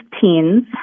teens